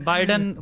Biden